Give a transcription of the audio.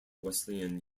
wesleyan